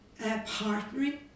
partnering